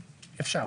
אפשר.